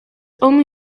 only